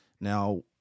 Now